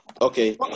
Okay